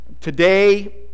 Today